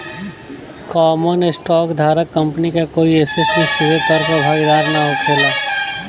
common stock धारक company के कोई ऐसेट में सीधे तौर पर भागीदार ना होखेला